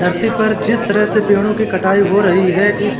धरती पर जिस तरह से पेड़ों की कटाई हो रही है इस